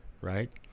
right